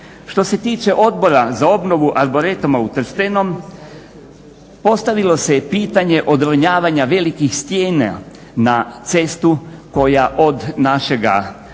Što se tiče Odbora za obnovu Arboretuma u Trstenom, postavilo se pitanje odronjavanja velikih stijena na cestu koja od našega